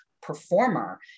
performer